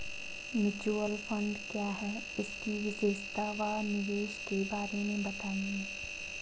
Mutual fund क्या है इसकी विशेषता व निवेश के बारे में बताइये?